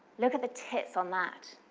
look at the tits on that.